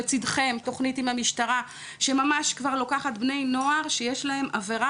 לצידכם תוכנית עם המשטרה שממש כבר לוקחת בני נוער שיש להם עבירה